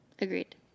agreed